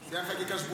שיאן חקיקה שבועית.